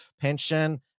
pension